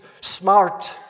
smart